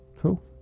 cool